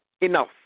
enough